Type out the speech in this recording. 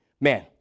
man